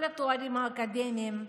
כל התארים האקדמיים.